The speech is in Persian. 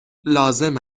لازم